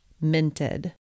minted